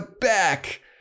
back